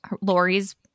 Lori's